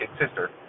sister